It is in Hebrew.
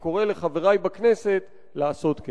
אני קורא לחברי בכנסת לעשות כן.